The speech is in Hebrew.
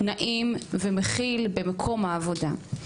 נעים ומכיל במקום העבודה.